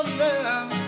love